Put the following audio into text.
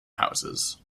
houses